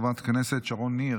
חברת הכנסת שרון ניר,